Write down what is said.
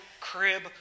crib